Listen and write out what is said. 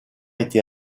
été